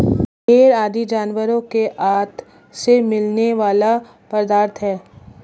भेंड़ आदि जानवरों के आँत से मिलने वाला पदार्थ है